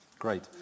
Great